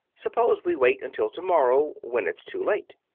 suppose we wait until to-morrow when it's too late.